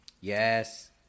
Yes